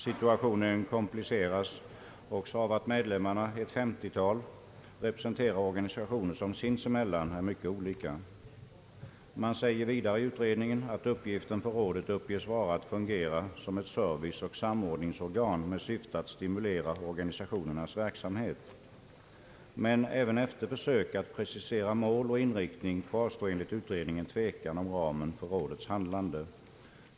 Situationen kompliceras av att medlemmarna — ett 50-tal — representerar organisationer som sinsemellan är mycket olika.» Man säger vidare i utredningen att uppgiften för rådet uppges vara att fungera som ett serviceoch samordningsorgan med syfte att stimulera organisationernas verksamhet. Men även efter försök att precisera mål och inriktning kvarstår enligt utredningen tvekan om ramen för rådets handlande.